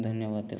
ଧନ୍ୟବାଦ